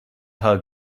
hug